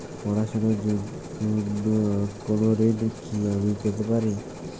পড়াশোনা র জন্য কোনো ঋণ কি আমি পেতে পারি?